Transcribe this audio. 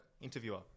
interviewer